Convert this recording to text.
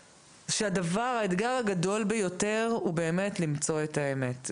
שהאתגר הגדול ביותר הוא למצוא את האמת.